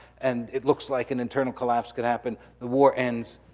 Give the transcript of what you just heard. and it looks like an internal collapse could happen. the war ends,